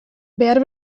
behar